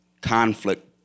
conflict